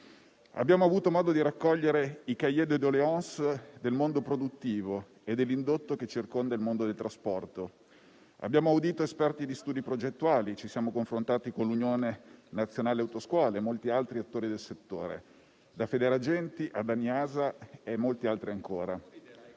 Abbiamo avuto modo di raccogliere i *cahier de doléance* del mondo produttivo e dell'indotto che circonda il mondo del trasporto. Abbiamo audito esperti di studi progettuali, ci siamo confrontati con l'Unione nazionale autoscuole e con molti altri attori del settore, da FederAgenti ad ANIASA e molti altri ancora.